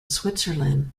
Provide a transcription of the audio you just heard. switzerland